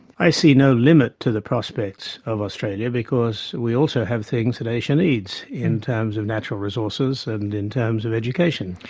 i see no limit to the prospects of australia, because we also have things that asia needs, in terms of natural resources and in terms of education.